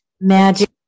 Magic